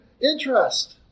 interest